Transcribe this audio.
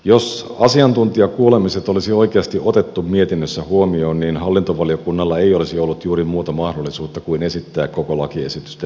jos asiantuntijakuulemiset olisi oikeasti otettu mietinnössä huomioon niin hallintovaliokunnalla ei olisi ollut juuri muuta mahdollisuutta kuin esittää koko lakiesityksen hylkäämistä